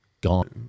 gone